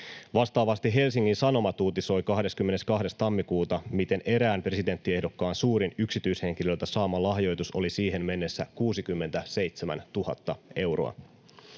Vastaavasti Helsingin Sanomat uutisoi 22. tammikuuta, miten erään presidenttiehdokkaan suurin yksityishenkilöltä saama lahjoitus oli siihen mennessä 67 000 euroa.